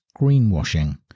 greenwashing